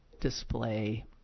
Display